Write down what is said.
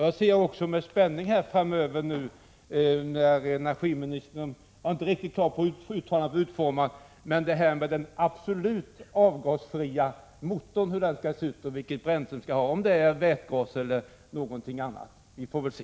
Jag ser med spänning fram emot att energiministern — jag är inte riktigt klar över hur uttalandet bör utformas — uttalar sig om hur den absolut avgasfria motorn skall se ut och vilket bränsle den skall ha, vätgas eller någonting annat. Vi får väl se.